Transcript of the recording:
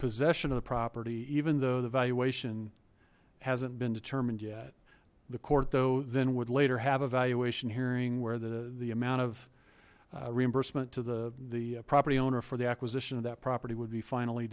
possession of the property even though the valuation hasn't been determined yet the court though then would later have evaluation hearing where the the amount of reimbursement to the the property owner for the acquisition of that property would be finally